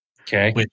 Okay